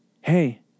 Hey